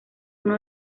uno